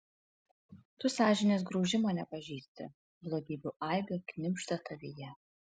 tu sąžinės graužimo nepažįsti blogybių aibė knibžda tavyje